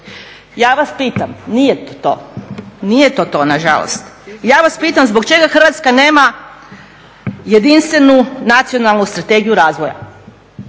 Ja vas pitam, nije to, nije to to na žalost. Ja vas pitam zbog čega Hrvatska nema jedinstvenu nacionalnu strategiju razvoja?